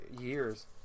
years